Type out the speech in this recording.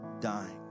dying